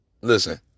listen